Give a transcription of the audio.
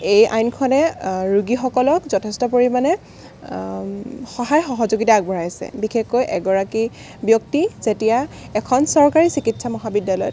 এই আইনখনে ৰোগীসকলক যথেষ্ট পৰিমাণে সহায় সহযোগিতা আগবঢ়াইছে বিশেষকৈ এগৰাকী ব্যক্তি যেতিয়া এখন চৰকাৰী চিকিৎসা মহাবিদ্যালয়ত